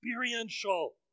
experiential